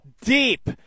deep